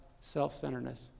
self-centeredness